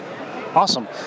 Awesome